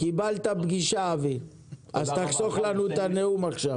קיבלת פגישה, תודה רבה לך.